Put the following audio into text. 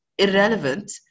irrelevant